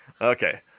okay